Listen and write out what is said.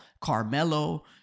Carmelo